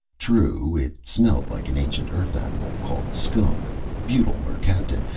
true, it smelled like an ancient earth-animal called skunk butyl mercaptan.